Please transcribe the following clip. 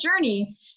journey